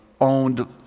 owned